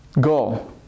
go